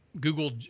Google